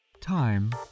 Time